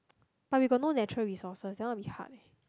but we got no natural resources that one a bit hard leh